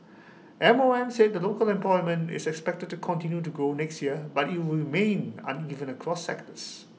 M O M said local employment is expected to continue to grow next year but IT will remain uneven across sectors